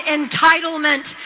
entitlement